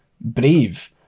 brave